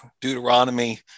Deuteronomy